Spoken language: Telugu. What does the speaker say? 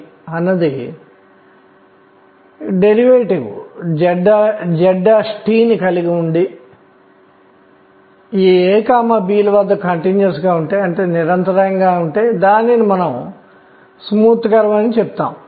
ఇక్కడ శక్తి స్థాయి En ఉంది మరియు దీనిలో ఇప్పుడు అయస్కాంత క్షేత్రాన్ని వర్తింపజేస్తే ఏమి జరుగుతుంది